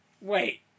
Wait